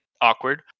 awkward